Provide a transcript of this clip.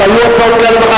גם היו הצעות כאלה.